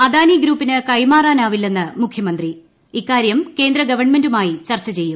അദാനി ഗ്രൂപ്പിന് കൈമാറാനാവില്ലെന്ന് മൂഖ്യമന്ത്രി ഇക്കാരൃം കേന്ദ്ര ഗവൺമെന്റുമായി ചർച്ച ചെയ്യും